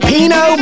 Pino